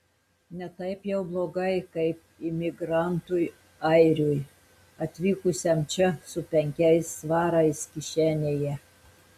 ne taip jau blogai kaip imigrantui airiui atvykusiam čia su penkiais svarais kišenėje